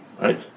right